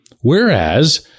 Whereas